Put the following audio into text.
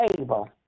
able